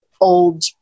old